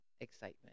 excitement